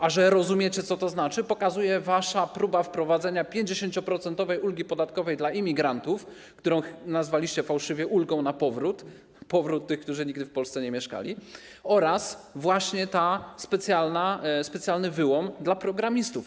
A że rozumiecie, co to znaczy, pokazuje wasza próba wprowadzenia 50-procentowej ulgi podatkowej dla imigrantów, którą nazwaliście fałszywie ulgą na powrót, powrót tych, którzy nigdy w Polsce nie mieszkali, oraz właśnie specjalny wyłom dla programistów.